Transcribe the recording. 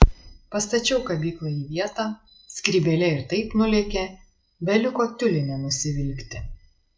pastačiau kabyklą į vietą skrybėlė ir taip nulėkė beliko tiulinę nusivilkti